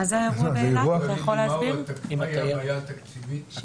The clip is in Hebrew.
מהי הבעיה התקציבית?